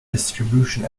distribution